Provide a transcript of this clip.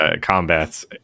combats